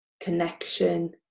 connection